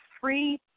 free